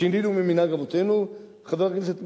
שינינו ממנהג אבותינו, חבר הכנסת מולה,